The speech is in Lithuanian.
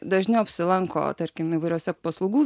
dažniau apsilanko tarkim įvairiose paslaugų